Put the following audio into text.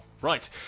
Right